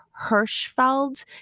Hirschfeld